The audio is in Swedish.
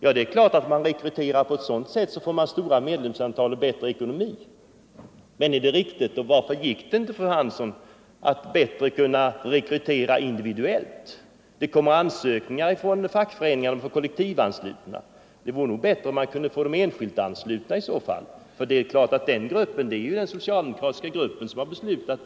Det är klart att om man rekryterar på sådant sätt får man ett stort medlemsantal och bättre ekonomi. Men är det riktigt att göra det? Och varför gick det inte att rekrytera bättre individuellt? Det vore nog bättre om man kunde få medlemmarna enskilt anslutna än att det blir kollektivanslutningar genom fackföreningarna.